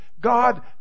God